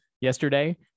yesterday